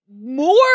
More